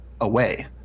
away